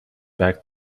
back